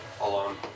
Alone